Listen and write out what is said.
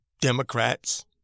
Democrats